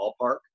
ballpark